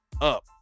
up